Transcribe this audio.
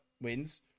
wins